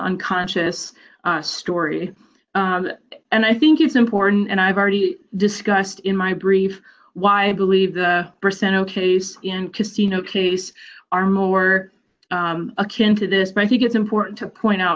unconscious story and i think it's important and i've already discussed in my brief why i believe the percent ok's and casino case are more akin to this but i think it's important to point out